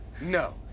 no